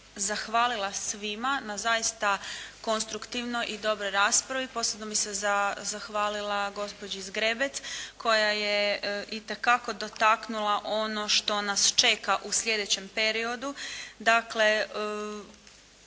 zahvalila svima na zaista konstruktivnoj i dobroj raspravi. Posebno bih se zahvalila gospođi Zgrebec koja je itekako dotaknula ono što nas čeka u sljedećem periodu, dakle